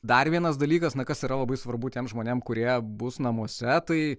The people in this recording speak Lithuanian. dar vienas dalykas na kas yra labai svarbu tiem žmonėm kurie bus namuose tai